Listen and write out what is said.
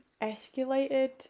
escalated